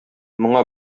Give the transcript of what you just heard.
моңа